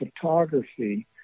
photography